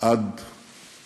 עד